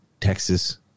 Texas